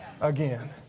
again